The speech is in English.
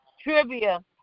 Trivia